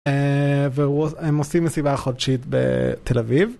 והם עושים מסיבה חודשית בתל אביב.